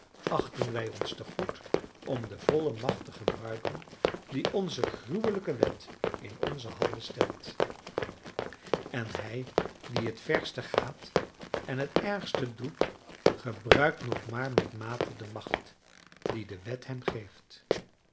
niet achten wij ons te goed om de volle macht te gebruiken die onze gruwelijke wet in onze handen stelt en hij die het verste gaat en het ergste doet gebruikt nog maar met mate de macht die de wet hem geeft